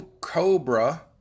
COBRA